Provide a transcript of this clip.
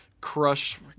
crush